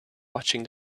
watching